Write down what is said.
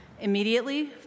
Immediately